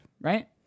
right